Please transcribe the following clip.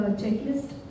checklist